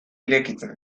irekitzen